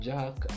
Jack